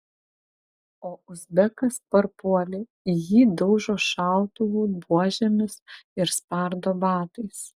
o uzbekas parpuolė ir jį daužo šautuvų buožėmis ir spardo batais